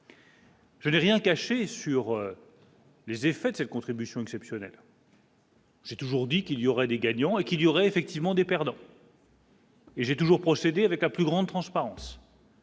Je n'ai rien cacher sur. Les effets de cette contribution exceptionnelle. J'ai toujours dit qu'il y aura des gagnants et qu'il y aurait effectivement des perdants. Et j'ai toujours procédé avec la plus grande transparence.